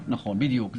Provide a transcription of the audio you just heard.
נכון, בדיוק.